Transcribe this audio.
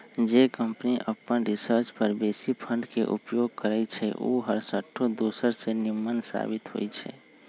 जे कंपनी अप्पन रिसर्च पर बेशी फंड के उपयोग करइ छइ उ हरसठ्ठो दोसर से निम्मन साबित होइ छइ